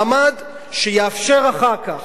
מעמד שיאפשר אחר כך,